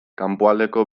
kanpoaldeko